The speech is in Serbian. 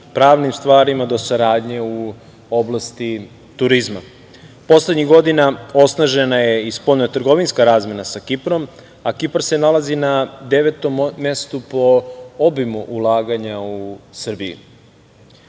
pravnim stvarima do saradnje u oblasti turizma. Poslednjih godina osnažena je i spoljnotrgovinska razmena sa Kiprom, a Kipar se nalazi na devetom mestu po obimu ulaganja u Srbiji.